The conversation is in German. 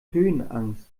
höhenangst